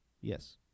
Yes